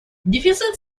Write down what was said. дефицит